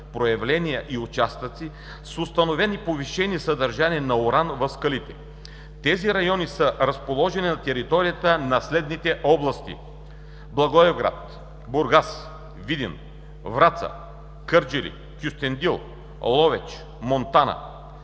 проявления и участъци с установени повишени съдържания на уран в скалите. Тези райони са разположени на територията на области Благоевград, Бургас, Видин, Враца, Кърджали, Кюстендил, Ловеч, Монтана,